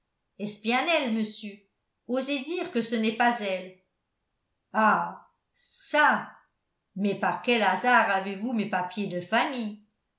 elle monsieur osez dire que ce n'est pas elle ah çà mais par quel hasard avez-vous mes papiers de famille